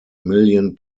million